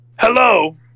Hello